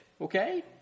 Okay